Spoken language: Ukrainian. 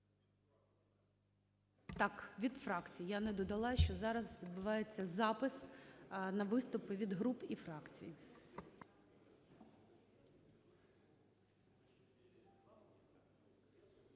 Так, від фракцій. Я не додала, що зараз відбувається запис на виступи від груп і фракцій.